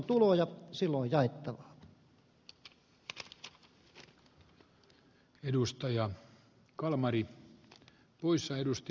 kun on tuloja silloin on jaettavaa